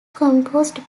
composed